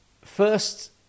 first